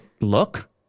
look